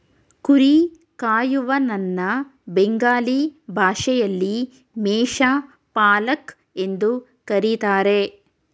ಕುರಿ ಕಾಯುವನನ್ನ ಬೆಂಗಾಲಿ ಭಾಷೆಯಲ್ಲಿ ಮೇಷ ಪಾಲಕ್ ಎಂದು ಕರಿತಾರೆ